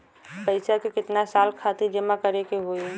पैसा के कितना साल खातिर जमा करे के होइ?